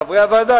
חברי הוועדה,